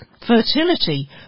fertility